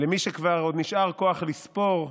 למי שעוד נשאר כוח לספור,